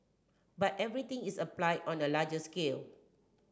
but everything is applied on a larger scale